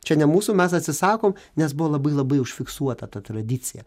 čia ne mūsų mes atsisakom nes buvo labai labai užfiksuota ta tradicija